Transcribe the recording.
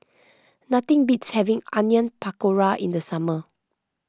nothing beats having Onion Pakora in the summer